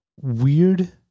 weird